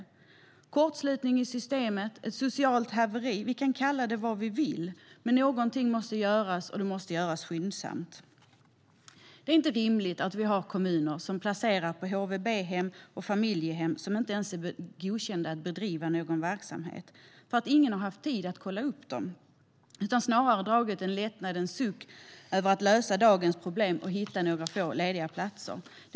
Vi kan kalla det för kortslutning i systemet, ett socialt haveri eller vad vi vill. Men någonting måste göras, och det måste göras skyndsamt. Det är inte rimligt att vi har kommuner som placerar barn i HVB och i familjehem som inte ens har blivit godkända att bedriva någon verksamhet på grund av att ingen har haft tid att kolla upp dem. Snarare har man i kommunerna dragit en lättnadens suck över att lösa dagens problem och hitta några få lediga platser.